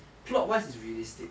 clockwise is realistic